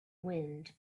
wind